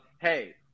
hey